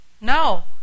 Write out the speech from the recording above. no